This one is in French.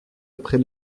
après